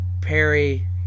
Perry